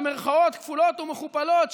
במירכאות כפולות ומכופלות,